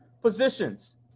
positions